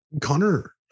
Connor